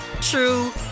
true